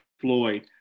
Floyd